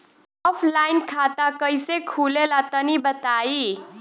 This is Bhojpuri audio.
ऑफलाइन खाता कइसे खुले ला तनि बताई?